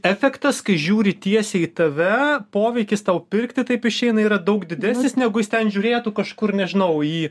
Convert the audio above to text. efektas kai žiūri tiesiai į tave poveikis tau pirkti taip išeina yra daug didesnis negu jis ten žiūrėtų kažkur nežinau į